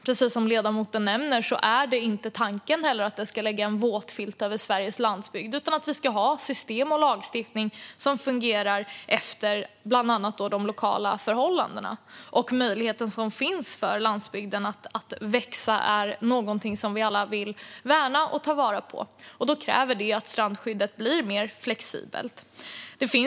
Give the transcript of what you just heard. Precis som ledamoten nämner är inte tanken att det ska lägga en våt filt över Sveriges landsbygd, utan det ska finnas system och lagstiftning som fungerar efter de lokala förhållandena. Möjligheten som finns för landsbygden att växa är något som vi alla vill värna och ta vara på. Då kräver det att strandskyddet blir mer flexibelt.